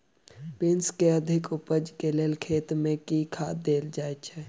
Beans केँ अधिक उपज केँ लेल खेत मे केँ खाद देल जाए छैय?